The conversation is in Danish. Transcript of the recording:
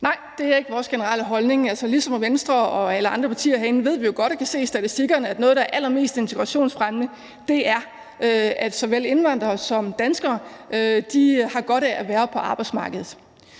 Nej, det er ikke vores generelle holdning. Ligesom Venstre og alle andre partier herinde ved vi jo og kan se i statistikkerne, at noget af det, der er allermest integrationsfremmende for såvel indvandrere som danskere, og som er godt, er at være på arbejdsmarkedet.